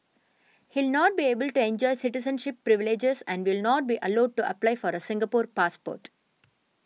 he not be able to enjoy citizenship privileges and will not be allowed to apply for a Singapore passport